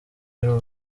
y’u